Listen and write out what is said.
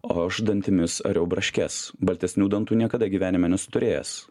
o aš dantimis ariau braškes baltesnių dantų niekada gyvenime nesu turėjęs